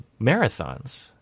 marathons